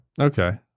Okay